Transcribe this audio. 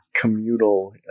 communal